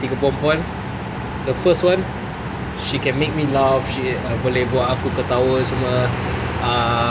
tiga perempuan the first one she can make me laugh she uh boleh buat aku ketawa semua ah